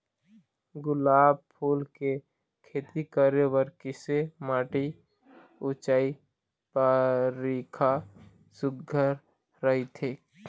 गुलाब फूल के खेती करे बर किसे माटी ऊंचाई बारिखा सुघ्घर राइथे?